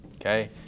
Okay